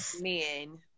men